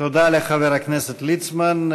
תודה לחבר הכנסת ליצמן.